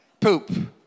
Poop